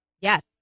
Yes